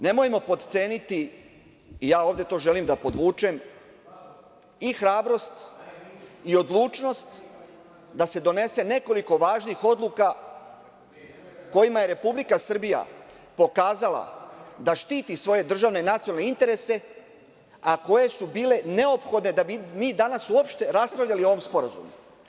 Nemojmo potceniti, ja ovde to želim da podvučem i hrabrost i odlučnost da se donese nekoliko važnih odluka kojima je Republika Srbija pokazala da štiti svoje državne nacionalne interese, a koje su bile neophodne da bi mi danas uopšte raspravljali o ovom sporazumu.